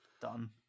done